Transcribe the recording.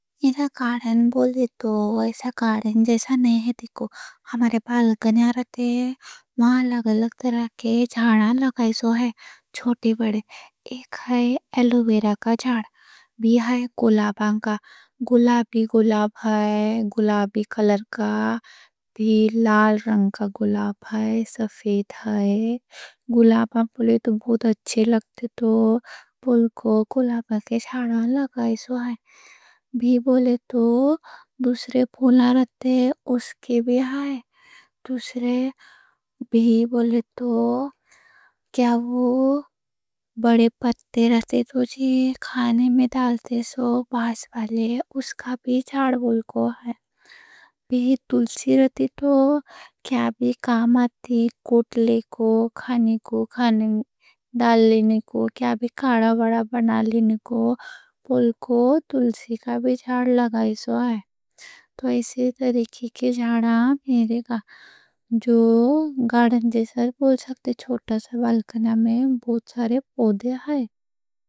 یہاں گارڈن بولے تو ایسا گارڈن جیسا نہیں ہے، دیکھو ہمارے بالکنہ میں رہتے، واں الگ الگ طرح کے جھاڑاں لگائے سو ہے، چھوٹے بڑے ایک ہے۔ ایک ہے ایلو ویرا کا جھاڑ، بھی ہے گلاباں کا۔ گلابی گلاب ہے، گلابی کلر کا بھی، لال رنگ کا گلاب ہے، سفید ہے۔ گلاباں بولے تو بہت اچھے لگتے تو، پھول کو گلاباں کے جھاڑاں لگائی سو ہے، بھی بولے تو دوسرے پھولاں رہتے، اس کے بھی ہے۔ دوسرے بھی بولے تو کیا وہ بڑے پتے رہتے تو جی، کھانے میں ڈالتے سو؛ باز والے اس کا بھی جھاڑ بول کے ہے، تلسی رہتی تو کیا بھی کام آتی۔ کاڑھا وڑا بنا لینے کو، کھانے کوں میں ڈالنے کو۔ تو ایسی طریقے کے جھاڑاں میرے کا جو گارڈن جیسا بول سکتے، چھوٹا سا بالکنہ میں بہت سارے پودے ہیں۔